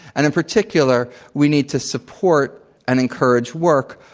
and in particular, we need to support and encourage work,